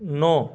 نو